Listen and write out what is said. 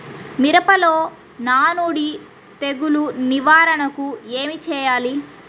మిరపలో నానుడి తెగులు నివారణకు ఏమి చేయాలి?